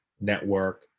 network